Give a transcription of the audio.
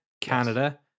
canada